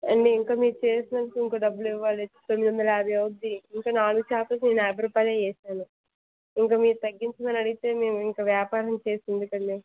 అండి ఇంకా మీకు చేసినందుకు ఇంకా డబ్బులు ఇవ్వాలి తొమ్మిది వందల యాభై అవుద్ది ఇంకా నాలుగు చేపలకు నేను యాభై రూపాయలు వేసాను ఇంకా మీరు తగ్గించమని అడిగితే మేము ఇంక వ్యాపారం చేసి ఎందుకండి